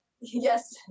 Yes